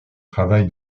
travail